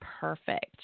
Perfect